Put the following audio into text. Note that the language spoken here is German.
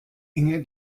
inge